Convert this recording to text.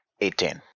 Eighteen